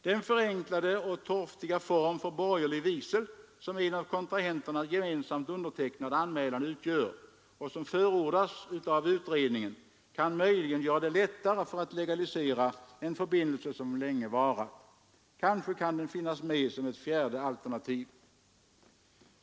Den förenklade och torftiga form för borgerlig vigsel som en av kontrahenterna gemensamt undertecknad anmälan utgör och som förordas av utredningen kan möjligen göra det lättare för att legalisera en förbindelse som varat länge. Kanske kan den finnas med som ett fjärde alternativ.